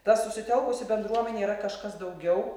ta susitelkusi bendruomenė yra kažkas daugiau